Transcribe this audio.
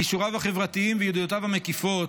בכישוריו החברתיים ובידיעותיו המקיפות